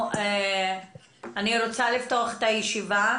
אני פותחת את ישיבת